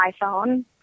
iPhone